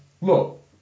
look